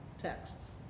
texts